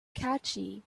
catchy